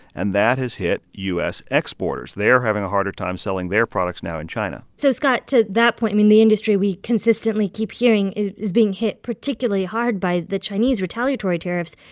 and that has hit u s. exporters. they're having a harder time selling their products now in china so, scott, to that point, i mean, the industry we consistently keep hearing is is being hit particularly hard by the chinese retaliatory tariffs.